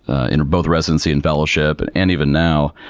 in both residency and fellowship and and even now